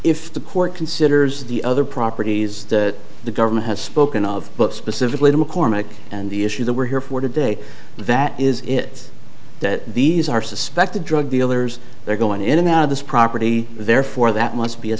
if the court considers the other properties that the government has spoken of but specifically to mccormick and the issue that we're here for today that is it that these are suspected drug dealers they're going in and out of this property therefore that must be a